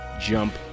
jump